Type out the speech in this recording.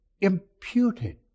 imputed